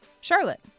Charlotte